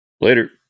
Later